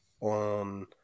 on